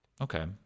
Okay